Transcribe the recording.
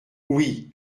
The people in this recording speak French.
oui